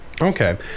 okay